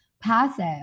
passive